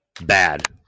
bad